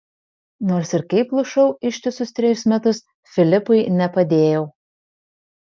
nors ir kaip plušau ištisus trejus metus filipui nepadėjau